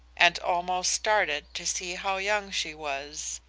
and almost started to see how young she was.